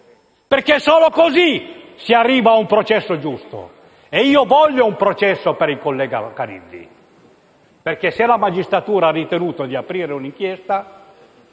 Solo così si arriva ad un processo giusto e io voglio un processo per il collega Caridi. Se la magistratura ha ritenuto di aprire un' inchiesta,